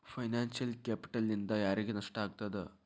Financial ಕ್ಯಾಪಿಟಲ್ನಿಂದಾ ಯಾರಿಗ್ ನಷ್ಟ ಆಗ್ತದ?